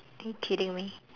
are you kidding me